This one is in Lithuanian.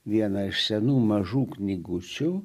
vieną iš senų mažų knygučių